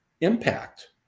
impact